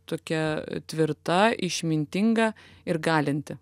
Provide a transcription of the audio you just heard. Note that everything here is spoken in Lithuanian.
tokia tvirta išmintinga ir galinti